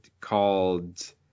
called